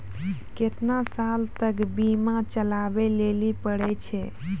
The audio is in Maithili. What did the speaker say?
केतना साल तक बीमा चलाबै लेली पड़ै छै?